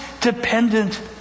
dependent